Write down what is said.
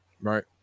Right